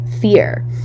fear